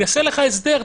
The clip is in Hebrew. נעשה לך הסדר,